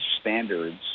standards